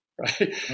right